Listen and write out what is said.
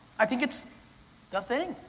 i think it's a thing.